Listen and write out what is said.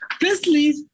Firstly